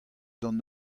d’an